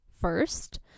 first